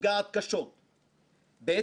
נפגעת קשות, ב)